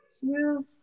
two